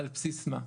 על בסיס מה.